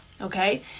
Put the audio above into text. okay